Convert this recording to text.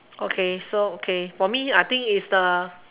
okay so okay for me I think is the